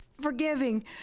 forgiving